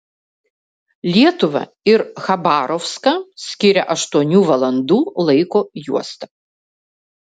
lietuvą ir chabarovską skiria aštuonių valandų laiko juosta